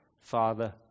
Father